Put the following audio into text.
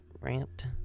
rant